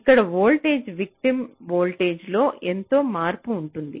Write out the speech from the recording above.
ఇక్కడ వోల్టేజ్ విటిమ్ వోల్ట్ లో ఎంత మార్పు ఉంటుంది